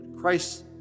Christ